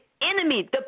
enemy